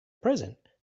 present